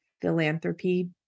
philanthropy